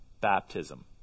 baptism